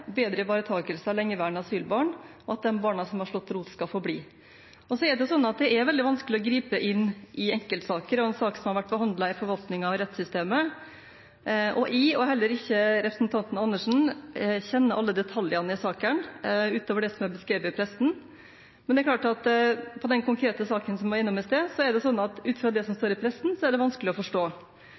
bedre ivaretakelse av lengeværende asylbarn – at de barna som har slått rot, skal få bli. Så er det slik at det er veldig vanskelig å gripe inn i enkeltsaker og saker som har vært behandlet i forvaltningen og i rettssystemet. Jeg, og heller ikke representanten Andersen, kjenner alle detaljene i sakene utover det som er beskrevet i pressen. For den konkrete saken som vi var innom i sted, er det slik at ut fra det som kommer fram i pressen, er det vanskelig å forstå.